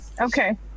okay